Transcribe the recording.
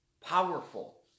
powerful